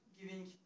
giving